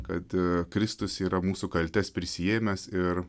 kad kristus yra mūsų kaltes prisiėmęs ir